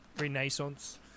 renaissance